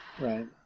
Right